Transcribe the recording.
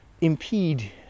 impede